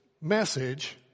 message